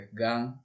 gang